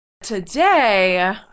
Today